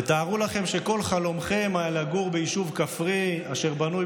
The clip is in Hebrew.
תארו לכם שכל חלומכם היה לגור ביישוב כפרי אשר בנוי